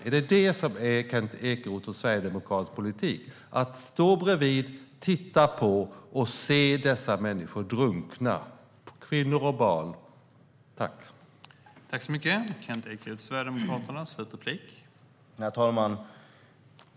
Är det Kent Ekeroths och Sverigedemokraternas politik att man ska stå bredvid och titta på när dessa människor - kvinnor och barn - drunknar?